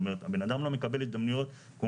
זאת אומרת הבן אדם לא מקבל הזדמנויות כמו